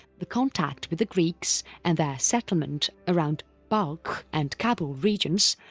the contact with the greeks and their settlement around balkh and kabul regions,